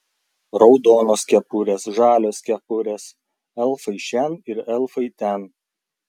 raudonos kepurės žalios kepurės elfai šen ir elfai ten